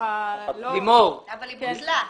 אבל היא בוטלה.